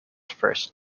first